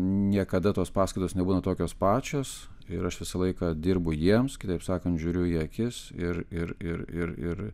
niekada tos paskaitos nebūna tokios pačios ir aš visą laiką dirbu jiems kitaip sakant žiūriu į akis ir ir ir ir ir